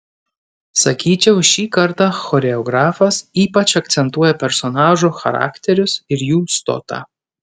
sakyčiau šį kartą choreografas ypač akcentuoja personažų charakterius ir jų stotą